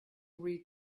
read